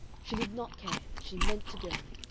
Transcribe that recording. she did not care, she meant to go.